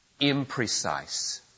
imprecise